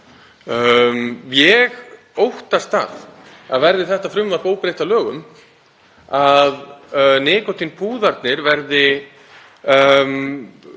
Ég óttast það, verði þetta frumvarp óbreytt að lögum, að nikótínpúðarnir verði